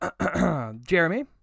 Jeremy